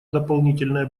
дополнительное